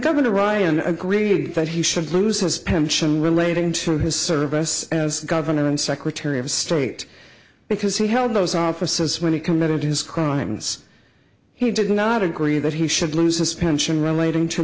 governor ryan agreed that he should lose his pension relating to his service as governor and secretary of state because he held those offices when he committed his crimes he did not agree that he should lose his pension